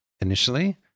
initially